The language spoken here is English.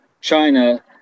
China